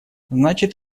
значит